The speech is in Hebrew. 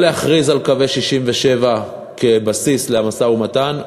או להכריז על קווי 67' כבסיס למשא-ומתן,